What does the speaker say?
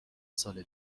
سال